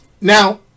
now